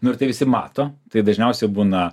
nu ir tai visi mato tai dažniausiai būna